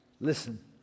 Listen